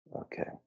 Okay